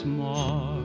more